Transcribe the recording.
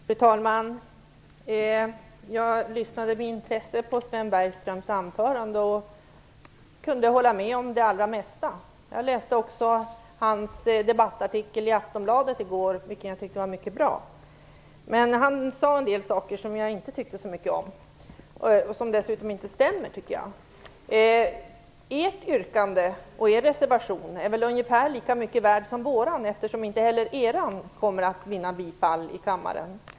Fru talman! Jag lyssnade med intresse på Sven Bergströms anförande och kunde hålla med om det allra mesta. Jag läste också hans debattartikel i Aftonbladet i går, vilken jag tyckte var mycket bra. Men han sade en del saker som jag inte tyckte så mycket om och som dessutom inte stämmer, tycker jag. Ert yrkande och er reservation är väl ungefär lika mycket värd som vår, eftersom inte heller er kommer att vinna bifall i kammaren.